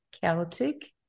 Celtic